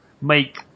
make